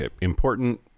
important